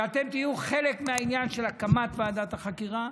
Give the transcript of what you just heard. ואתם תהיו חלק מהעניין של הקמת ועדת החקירה.